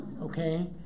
okay